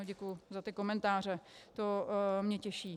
Děkuji za ty komentáře, to mě těší.